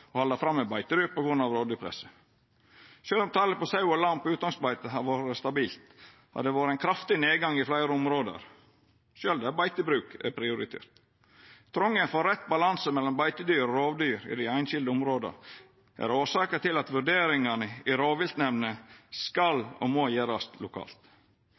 halda fram med beitedyr på grunn av rovdyrpress. Sjølv om talet på sauer og lam på utmarksbeite har vore stabilt, har det vore ein kraftig nedgang i fleire område, sjølv der beitebruk er prioritert. Trongen til rett balanse mellom beitedyr og rovdyr i dei einskilde områda er årsaka til at vurderingane i rovviltnemndene skal og må gjerast lokalt.